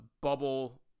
bubble